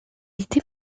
était